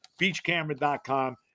beachcamera.com